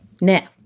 now